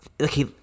Okay